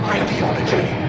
ideology